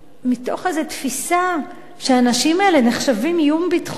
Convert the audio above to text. מתוך איזו תפיסה שהאנשים האלה נחשבים איום ביטחוני,